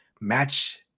match